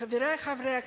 חברי חברי הכנסת,